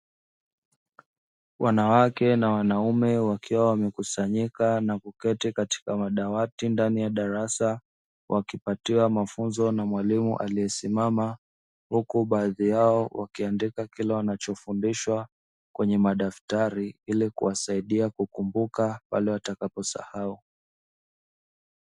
Wanawake na wanaume wakiwa wamekusanyika na kuketi katika madawati ndani ya darasa, wakipatiwa mafunzo na mwalimu aliyesimama huku baadhi yao wakiandika wanachofundishwa kwenye madaftari, ili kuwasaidia kukumbuka pale watakapo sahau.